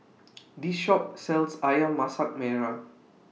This Shop sells Ayam Masak Merah